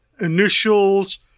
initials